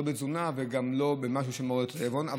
לא בתזונה וגם לא במשהו שמעורר תיאבון.